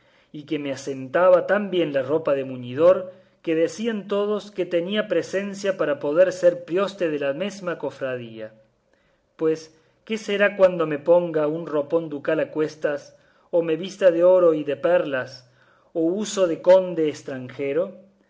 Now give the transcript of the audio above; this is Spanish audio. y que me asentaba tan bien la ropa de muñidor que decían todos que tenía presencia para poder ser prioste de la mesma cofradía pues qué será cuando me ponga un ropón ducal a cuestas o me vista de oro y de perlas a uso de conde estranjero